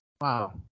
wow